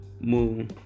moon